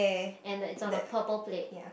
and it is on a purple plate